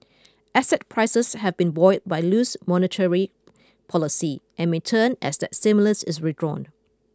asset prices have been buoyed by loose monetary policy and may turn as that stimulus is withdrawn